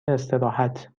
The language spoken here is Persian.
استراحت